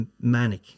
manic